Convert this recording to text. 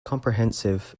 comprehensive